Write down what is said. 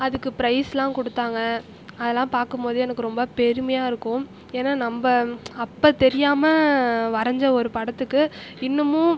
அதுக்கு ப்ரைஸ்லாம் கொடுத்தாங்க அதெலாம் பார்க்கும்போது எனக்கு ரொம்ப பெருமையாக இருக்கும் ஏனால் நம்ப அப்போ தெரியாமல் வரைஞ்ச ஒரு படத்துக்கு இன்னுமும்